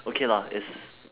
okay lah is